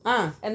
ah